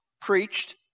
preached